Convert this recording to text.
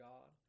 God